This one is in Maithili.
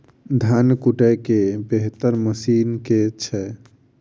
धान कुटय केँ बेहतर मशीन केँ छै?